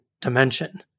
dimension